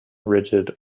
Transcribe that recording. rigid